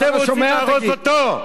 אתם רוצים להרוס אותו?